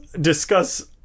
discuss